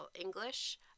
English